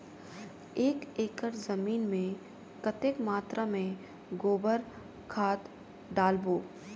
एक एकड़ जमीन मे कतेक मात्रा मे गोबर खाद डालबो?